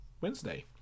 Wednesday